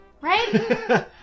right